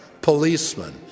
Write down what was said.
policemen